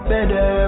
Better